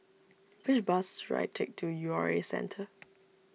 which bus should I take to U R A Centre